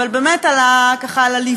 ובאמת על הליווי,